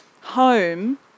home